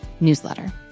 newsletter